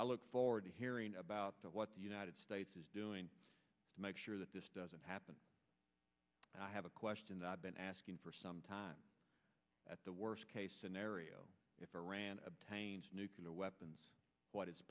i look forward to hearing about what the united states is doing to make sure that this doesn't happen i have a question that i've been asking for some time at the worst if iran nuclear weapons what is